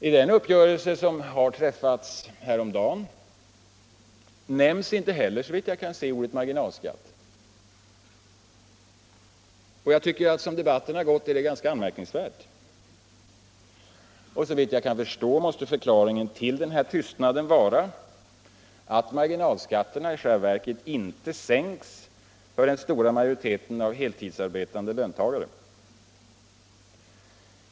I den uppgörelse som har träffats häromdagen nämns inte heller, såvitt jag kan se, ordet marginalskatt, och som debatten har gått är det ganska anmärkningsvärt. Såvitt jag kan förstå måste förklaringen till den här tystnaden vara att marginalskatterna i verkligheten inte sänks för den stora majoriteten av heltidsarbetande löntagare.